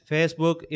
Facebook